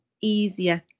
easier